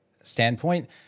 standpoint